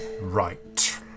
right